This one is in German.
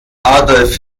adolf